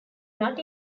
not